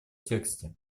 тексте